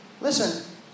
Listen